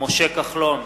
משה כחלון,